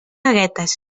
caguetes